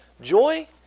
Joy